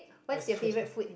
I